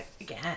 again